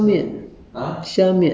吃